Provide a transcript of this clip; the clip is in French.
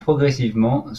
progressivement